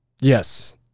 Yes